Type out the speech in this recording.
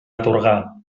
atorgar